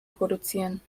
produzieren